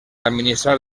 administrar